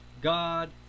god